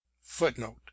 Footnote